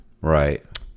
right